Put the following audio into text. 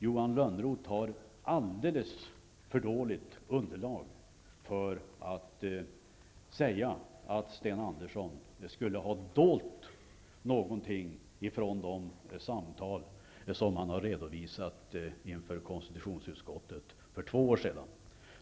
Johan Lönnroth har alldeles för dåligt underlag för att säga att Sten Andersson skulle ha dolt någonting från de samtal som han redovisade inför konstitutionsutskottet för två år sedan.